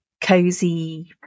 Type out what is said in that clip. cozy